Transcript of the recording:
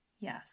yes